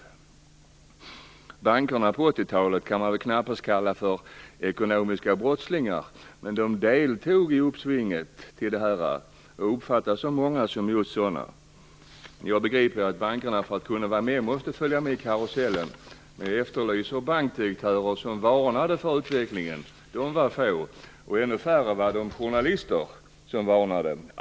Bankerna kan man väl knappast kalla för ekonomiska brottslingar, men de deltog på 80-talet i uppsvinget av det här och uppfattas av många som just sådana. Jag begriper att bankerna måste följa med i karusellen för att kunna vara med, men jag efterlyser bankdirektörer som varnade för utvecklingen - de var få. Ännu färre var de journalister som varnade.